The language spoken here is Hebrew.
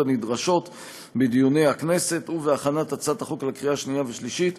הנדרשות בדיוני הכנסת בהכנת הצעת החוק לקריאה שנייה ושלישית,